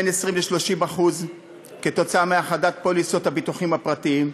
בין 20% ל-30% כתוצאה מהאחדת פוליסות הביטוחים הפרטיים,